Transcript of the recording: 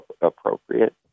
appropriate